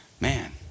man